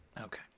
Okay